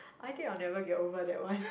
I think I'll never get over that one